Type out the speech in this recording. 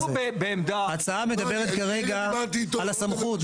אנחנו בעמדה --- ההצעה מדברת כרגע על הסמכות.